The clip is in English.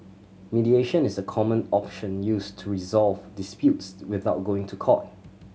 mediation is a common option used to resolve disputes without going to court